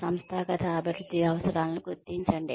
సంస్థాగత అభివృద్ధి అవసరాలను గుర్తించండి